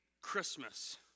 Christmas